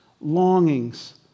longings